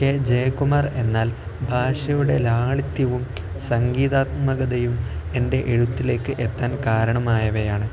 K Jaya Kumar എന്നാൽ ഭാഷയുടെ ലാളിത്യവും സംഗീതാത്മകതയും എൻ്റെ എഴുത്തിലേക്ക് എത്താൻ കാരണമായവയാണ്